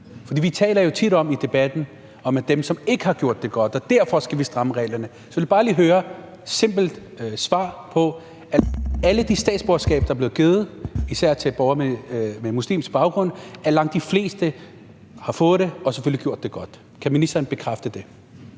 vi taler jo tit i debatten om dem, som ikke har gjort det godt, og at vi derfor skal stramme reglerne. Så jeg vil bare lige høre et simpelt svar: Af alle dem, der er blevet givet statsborgerskab, og især borgere med muslimsk baggrund, har langt de fleste selvfølgelig gjort det godt – kan ministeren bekræfte det?